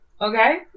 okay